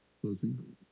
Closing